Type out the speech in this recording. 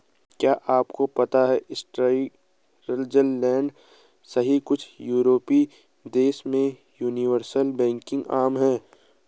क्या आपको पता है स्विट्जरलैंड सहित कुछ यूरोपीय देशों में यूनिवर्सल बैंकिंग आम है?